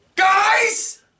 Guys